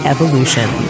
Evolution